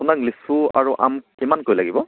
আপোনাক লিচু আৰু আম কিমানকৈ লাগিব